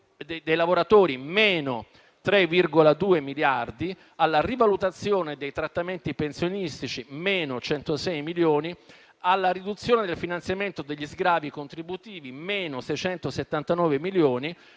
dei lavoratori (-3,2 miliardi), alla rivalutazione dei trattamenti pensionistici (-106 milioni), alla riduzione del finanziamento degli sgravi contributivi (-679 milioni)